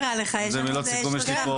יש לנו עוד שלושה חודשים.